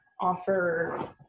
offer